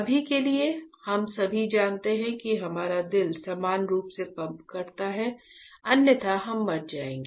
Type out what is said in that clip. अभी के लिए हम सभी जानते हैं कि हमारे दिल समान रूप से पंप करते हैंअन्यथा हम मर जाएंगे